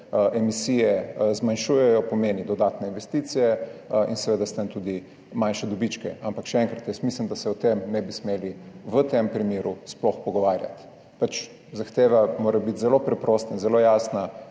emisije zmanjšujejo, pomeni dodatne investicije in seveda s tem tudi manjše dobičke. Ampak, še enkrat, jaz mislim, da se o tem ne bi smeli v tem primeru sploh pogovarjati. Zahteva mora biti zelo preprosta in zelo jasna.